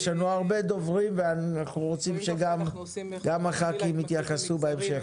יש לנו הרבה דוברים ואנחנו רוצים שגם חברי הכנסת יתייחסו בהמשך.